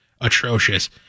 atrocious